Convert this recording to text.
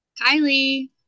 Kylie